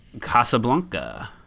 Casablanca